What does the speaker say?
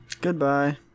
Goodbye